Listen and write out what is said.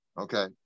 Okay